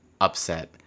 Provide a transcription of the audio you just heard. upset